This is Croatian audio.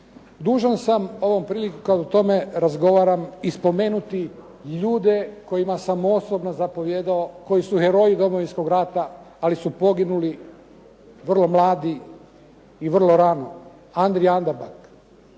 Dužan sam ovom prilikom, o tome razgovaram i spomenuti ljude kojima sam osobno zapovijedao, koji su heroji Domovinskog rata, ali su poginuli vrlo mladi i vrlo rano. Andrija Andabak,